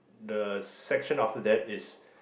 the section after that is